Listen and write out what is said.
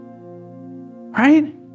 Right